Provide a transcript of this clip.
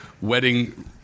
wedding